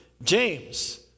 James